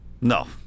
No